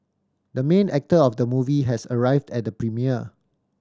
the main actor of the movie has arrived at the premiere